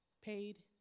paid